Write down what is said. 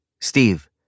Steve